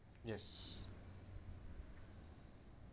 yes